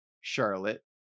charlotte